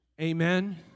Amen